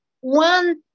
one